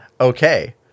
Okay